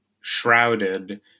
shrouded